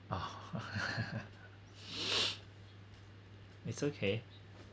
ah it's okay